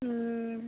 ம்